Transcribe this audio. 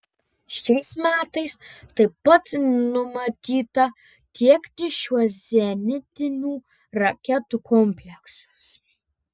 šiais metais taip pat numatyta tiekti šiuos zenitinių raketų kompleksus